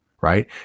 right